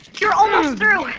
you're almost through.